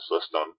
system